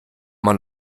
man